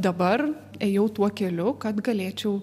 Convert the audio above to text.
dabar ėjau tuo keliu kad galėčiau